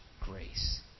grace